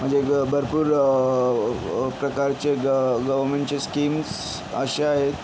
म्हणजे ग भरपूर प्रकारचे ग गव्हर्मेंटचे स्कीमस् अश्या आहेत